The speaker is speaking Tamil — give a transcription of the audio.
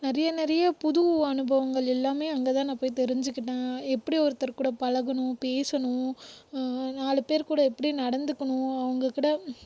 நிறைய நிறைய புது அனுபவங்கள் எல்லாமே அங்கேதான் நான் போய் தெரிஞ்சுகிட்டேன் எப்படி ஒருத்தர் கூட பழகணும் பேசணும் நாலு பேர் கூட எப்படி நடந்துக்கணும் அவங்க கூட